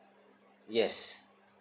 yes